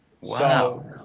Wow